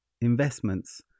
investments